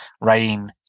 writing